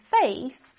faith